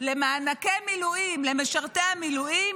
למענקי מילואים למשרתי המילואים,